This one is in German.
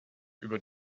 über